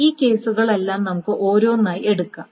ഈ കേസുകളെല്ലാം നമുക്ക് ഓരോന്നായി എടുക്കാം